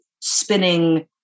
spinning